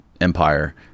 empire